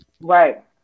Right